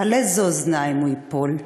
על איזה אוזניים הוא ייפול?